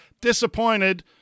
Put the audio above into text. Disappointed